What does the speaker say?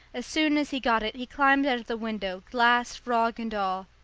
as soon as he got it he climbed out of the window, glass, frog and all,